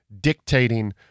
dictating